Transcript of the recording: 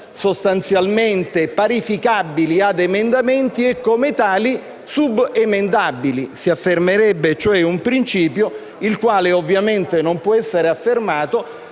sostanzialmente parificabili ad emendamenti e come tali subemendabili. Si affermerebbe cioè un principio, il quale ovviamente non può essere affermato